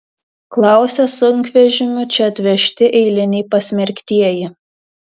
klausia sunkvežimiu čia atvežti eiliniai pasmerktieji